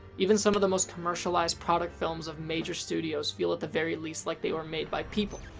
even some of the most commercialized product films of major studios feel, at the very least, like they were made by people.